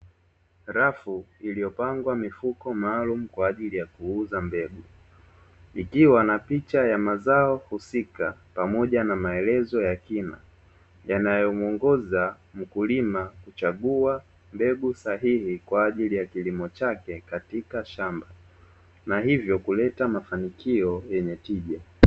Rafu iliyopangwa mifuko maalumu kwa ajili ya kuuza mbegu, ikiwa na picha ya mazao husika pamoja na maelezo ya kina, yanayomuongoza mkulima kuchagua mbegu sahihi kwa ajili ya kilimo chake, katika shamba na hivyo kuleta mafanikio yenye tija.